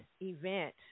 event